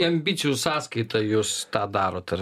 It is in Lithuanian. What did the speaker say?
ambicijų sąskaita jūs tą darot ar